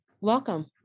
welcome